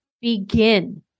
begin